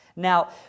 Now